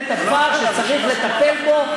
זה דבר שצריך לטפל בו.